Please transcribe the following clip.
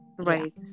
Right